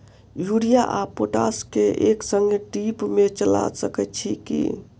Urea आ potash केँ एक संगे ड्रिप मे चला सकैत छी की?